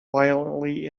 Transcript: violently